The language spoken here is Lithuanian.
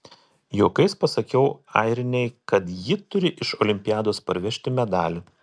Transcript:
juokais pasakiau airinei kad ji turi iš olimpiados parvežti medalį